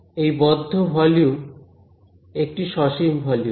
এই বদ্ধ ভলিউম একটি সসীম ভলিউম